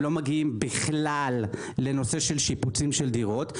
הם לא מגיעים בכלל לנושא של שיפוצים של דירות,